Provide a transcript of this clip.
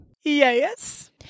yes